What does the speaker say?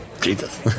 Jesus